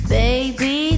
baby